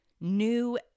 new